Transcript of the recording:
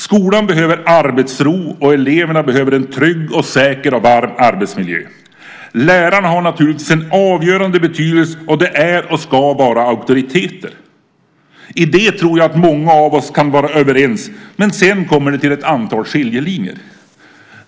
Skolan behöver arbetsro, och eleverna behöver en trygg, säker och varm arbetsmiljö. Lärarna har naturligtvis en avgörande betydelse. De är och ska vara auktoriteter. I det tror jag att många av os kan vara överens, men sedan kommer det ett antal skiljelinjer.